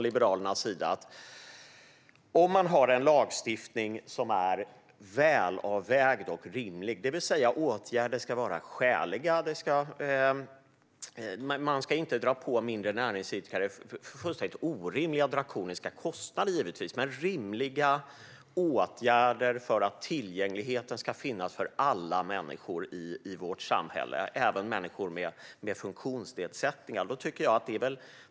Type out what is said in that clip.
Liberalerna vill ha en välavvägd och rimlig lagstiftning. Åtgärder ska vara skäliga. Man ska givetvis inte ålägga mindre näringsidkare fullständigt orimliga och drakoniska kostnader. Men rimliga åtgärder ska vidtas för att tillgängligheten ska finnas för alla människor i vårt samhälle, även människor med funktionsnedsättningar.